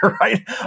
right